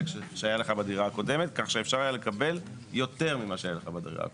שהיה לך בדירה הקודמת כך שאפשר היה לקבל יותר ממה שהיה לך בדירה הקודמת.